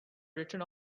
written